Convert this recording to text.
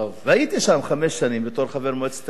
והייתי שם חמש שנים בתור חבר מועצת העיר